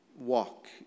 walk